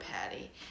Patty